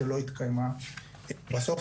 שלא התקיימה בסוף,